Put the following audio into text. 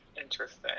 Interesting